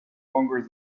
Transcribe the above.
longer